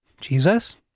Jesus